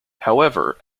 however